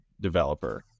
developer